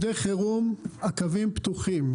הקווים פתוחים לקווי חירום,